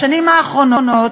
בשנים האחרונות